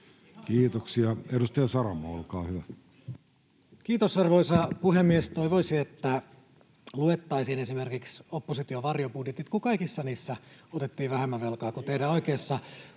muuttamisesta Time: 18:37 Content: Kiitos, arvoisa puhemies! Toivoisi, että luettaisiin esimerkiksi opposition varjobudjetit, kun kaikissa niissä otettiin vähemmän velkaa [Vilhelm Junnila: